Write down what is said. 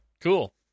Cool